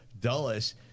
dulles